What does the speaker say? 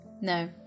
No